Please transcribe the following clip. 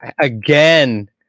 again